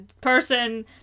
person